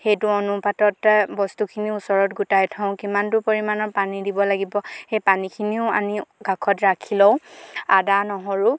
সেইটো অনুপাততে বস্তুখিনি ওচৰত গোটাই থওঁ কিমানটো পৰিমাণৰ পানী দিব লাগিব সেই পানীখিনিও আনি কাষত ৰাখি লওঁ আদা নহৰু